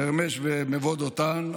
חרמש ומבוא דותן,